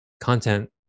Content